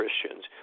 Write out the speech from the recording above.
Christians